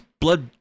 blood